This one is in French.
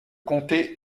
comté